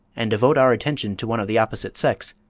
and devote our attention to one of the opposite sex,